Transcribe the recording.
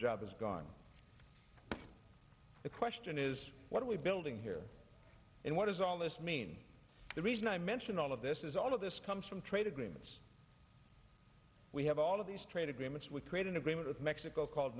job is gone the question is what are we building here and what does all this mean the reason i mention all of this is all of this comes from trade agreements we have all of these trade agreements we create an agreement with mexico called